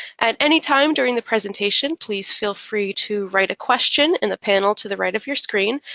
at any time during the presentation, please feel free to write a question in the panel to the right of your screen.